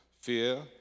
fear